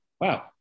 wow